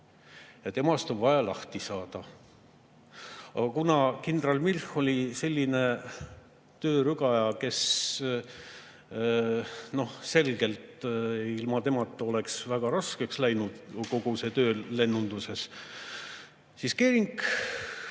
Ja temast on vaja lahti saada. Aga kuna kindral Milch oli selline töörügaja, ilma kelleta oleks väga raskeks läinud kogu see töö lennunduses, siis Göring